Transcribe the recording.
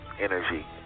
energy